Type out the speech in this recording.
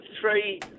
three